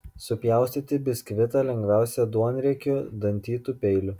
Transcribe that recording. supjaustyti biskvitą lengviausia duonriekiu dantytu peiliu